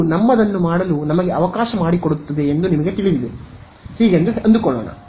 ಇದು ನಮ್ಮದನ್ನು ಮಾಡಲು ನಮಗೆ ಅವಕಾಶ ಮಾಡಿಕೊಡುತ್ತದೆ ಎಂದು ನಿಮಗೆ ತಿಳಿದಿದೆ ಎಂದು ಹೇಳೋಣ